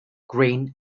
green